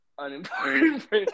Unimportant